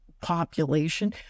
population